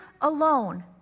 alone